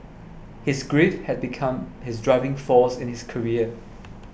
his grief had become his driving force in his career